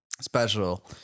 special